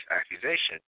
accusation